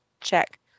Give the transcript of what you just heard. check